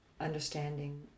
understanding